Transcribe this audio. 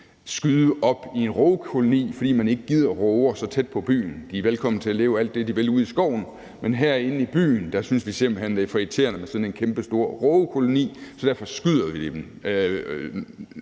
skyde op i en rågekoloni, fordi man ikke gider rågerne så tæt på byen. Så er de velkomne til at leve alt det, de vil, ude i skoven, men herinde i byen kan man simpelt hen synes, det er for irriterende med sådan en kæmpestor rågekoloni, og derfor skyder man dem,